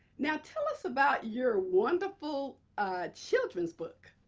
now, tell us about your wonderful children's book.